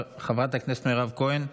חברת הכנסת מירב כהן,